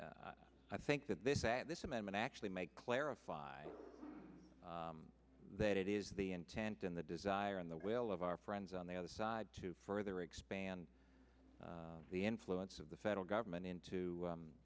think that this amendment actually may clarify that it is the intent and the desire and the will of our friends on the other side to further expand the influence of the federal government into